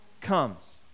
comes